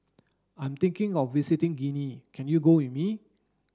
I'm thinking of visiting Guinea can you go with me